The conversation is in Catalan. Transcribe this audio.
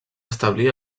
establir